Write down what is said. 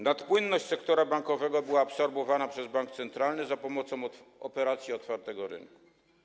Nadpłynność sektora bankowego była absorbowana przez bank centralny za pomocą operacji otwartego rynku.